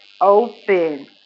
open